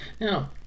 Now